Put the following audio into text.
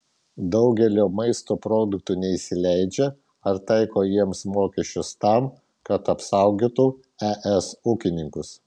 daugelio maisto produktų neįsileidžia ar taiko jiems mokesčius tam kad apsaugotų es ūkininkus